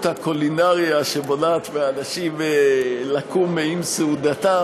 הקולינריה שמונעת מאנשים לקום מעם סעודתם.